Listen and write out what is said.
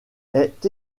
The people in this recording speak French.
est